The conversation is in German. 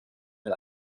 mit